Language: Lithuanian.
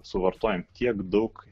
suvartojam kiek daug